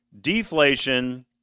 deflation